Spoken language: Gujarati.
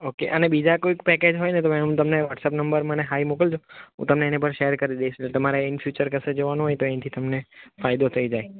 ઓકે અને બીજા કોઈક પેકેજ હોય છે હું તમને વ્હોટ્સઅપ નંબર મને હાય મોકલજો હું તમને એની પર શેર કરી દઈશ તમારા ઇન ફયુચર કશે જવાનું હોય તો અહી થી તમને ફાયદો થઈ જાય